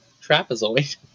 trapezoid